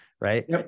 right